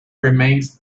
remains